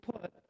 put